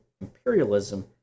imperialism